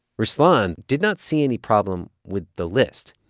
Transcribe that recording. ruslan did not see any problem with the list